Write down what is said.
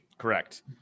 Correct